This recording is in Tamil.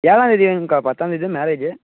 ஏழாம்தேதி வேணுங்கக்கா பத்தாம்தேதி தான் மேரேஜூ